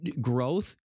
Growth